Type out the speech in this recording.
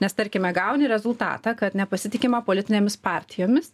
nes tarkime gauni rezultatą kad nepasitikima politinėmis partijomis